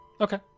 Okay